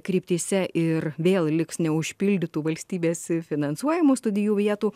kryptyse ir vėl liks neužpildytų valstybės finansuojamų studijų vietų